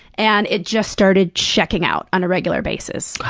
and it just started checking out on a regular basis.